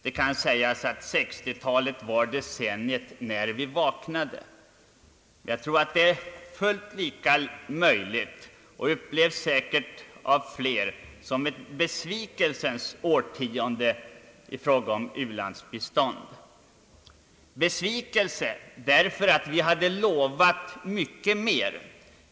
Det kan alltså tyc kas att 1960-talet var decenniet när vi vaknade. Jag tror att det är fullt lika berättigat att säga — och många upplever det säkert så — att det blev ett besvikelsens årtionde i fråga om u-landsbistånd. Besvikelsen har sin grund däri att vi hade lovat mycket mera.